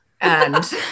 and-